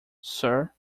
sir